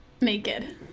Naked